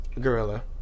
Gorilla